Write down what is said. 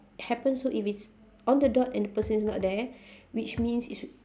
happens so if it's on the dot and the person is not there which means it's